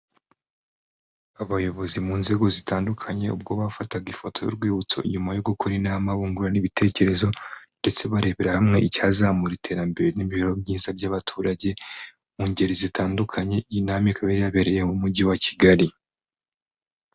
Abayobozi mu nzego zitandukanye ubwo bafataga ifoto y'urwibutso nyuma yo gukora inama bungurana ibitekerezo ndetse barebera hamwe icyazamura iterambere n'imibereho myiza by'abaturage mu ngeri zitandukanye iyi nama ikaba yabereye mu mujyi wa Kigali.